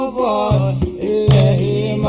raw a